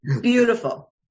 Beautiful